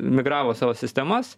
migravo savo sistemas